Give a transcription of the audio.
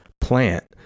plant